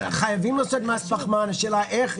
חייבים לעשות מס פחמן, השאלה היא איך.